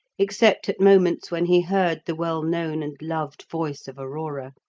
except at moments when he heard the well-known and loved voice of aurora.